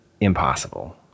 impossible